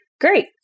great